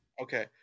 Okay